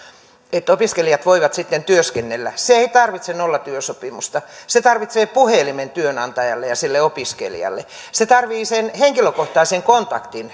että opiskelijat voivat sitten työskennellä siihen ei tarvita nollatyösopimusta siihen tarvitaan puhelin työnantajalle ja opiskelijalle siihen tarvitaan henkilökohtainen kontakti